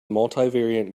multivariate